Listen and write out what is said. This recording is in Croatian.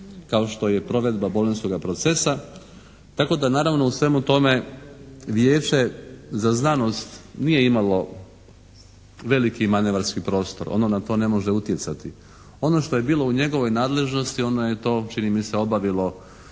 kao što je provedba Bolonjskoga procesa tako da naravno u svemu tome Vijeće za znanost nije imalo veliki manevarski prostor. Ono na to ne može utjecati. Ono što je bilo njegovoj nadležnosti ono je to čini mi se obavilo